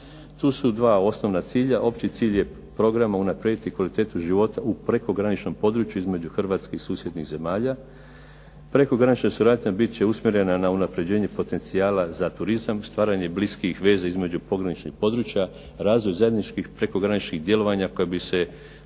Tu su dva osnovna cilja. Opći cilj je programa unaprijediti kvalitetu života u prekograničnom području između Hrvatske i susjednih zemalja. Prekogranična suradnja bit će usmjerena na unapređenje potencijala za turizam, stvaranje bliskih veza između pograničnih područja, razvoj zajedničkih prekograničnih djelovanja kojima bi se